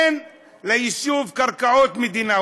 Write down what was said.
אין ליישוב קרקעות מדינה.